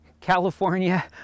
California